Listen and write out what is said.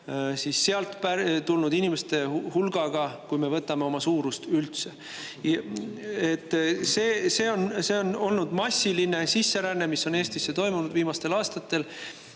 sealt tulnud inimeste hulgaga, kui me võtame oma suurust üldse. See on olnud massiline sisseränne, mis on Eestisse toimunud viimastel aastatel.